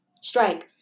Strike